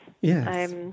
Yes